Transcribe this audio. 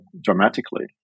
dramatically